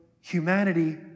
humanity